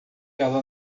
ela